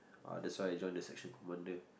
uh that's why I join the section commander